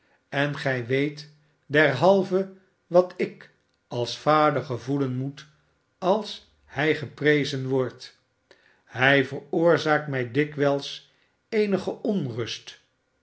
en gij weet derhalve wat ik als vader gevoelen moet als hij geprezen wordt hij veroorzaakt mij dikwijls eenige onrust